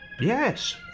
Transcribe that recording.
Yes